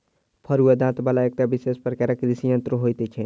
फरूआ दाँत बला एकटा विशेष प्रकारक कृषि यंत्र होइत छै